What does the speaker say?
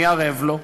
מי ערב לו?